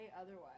otherwise